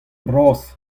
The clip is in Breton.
bras